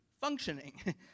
functioning